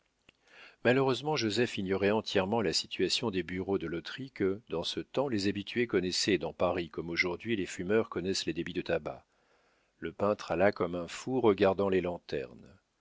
malheureusement joseph ignorait entièrement la situation des bureaux de loterie que dans ce temps les habitués connaissaient dans paris comme aujourd'hui les fumeurs connaissent les débits de tabac le peintre alla comme un fou regardant les lanternes